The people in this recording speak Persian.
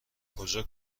کجا